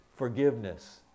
Forgiveness